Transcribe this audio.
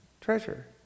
treasure